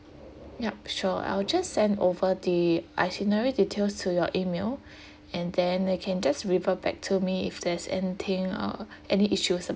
yup sure I will just send over the itinerary details to your email and then you can just revert back to me if there's anything or any issues about it